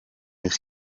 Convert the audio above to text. eich